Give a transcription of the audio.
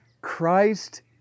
Christ